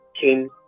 King